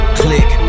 click